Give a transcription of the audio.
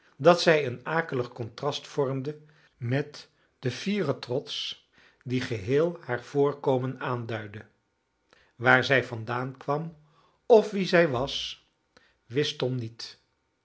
dat zij een akelig contrast vormden met den fieren trots dien geheel haar voorkomen aanduidde waar zij vandaan kwam of wie zij was wist tom niet